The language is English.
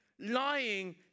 lying